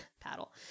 Paddle